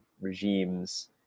regimes